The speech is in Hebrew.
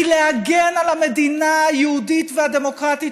כי להגן על המדינה היהודית והדמוקרטית